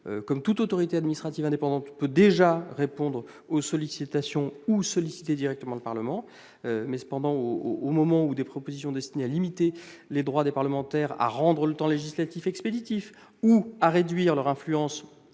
comme toute autorité administrative indépendante, peut déjà répondre aux sollicitations ou solliciter directement le Parlement. Reste que, au moment où des propositions destinées à limiter les droits des parlementaires, à rendre le temps législatif expéditif ou à réduire l'influence